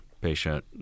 patient